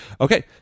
Okay